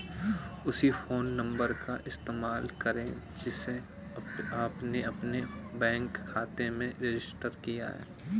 उसी phone number का इस्तेमाल करें जिसे आपने अपने बैंक खाते में रजिस्टर किया है